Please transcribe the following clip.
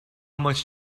much